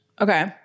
Okay